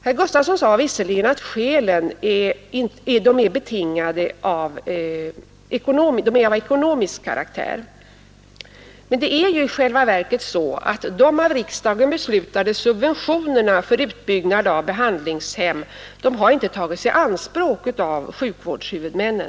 Herr Gustavsson sade att skälen härför är av ekonomisk karaktär. Men det är i själva verket så att de av riksdagen beslutade subventionerna för utbyggnad av behandlingshem inte tagits i anspråk av sjukvårdshuvudmännen.